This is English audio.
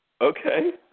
Okay